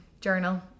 journal